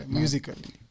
musically